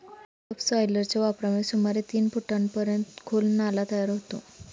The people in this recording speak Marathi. सबसॉयलरच्या वापरामुळे सुमारे तीन फुटांपर्यंत खोल नाला तयार होतो